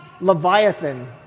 Leviathan